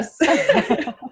yes